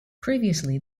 previously